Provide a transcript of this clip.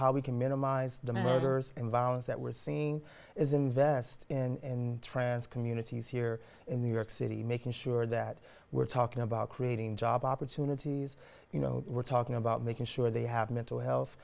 how we can minimize the motors and violence that we're seeing is invest in trans communities here in new york city making sure that we're talking about creating job opportunities you know we're talking about making sure they have mental health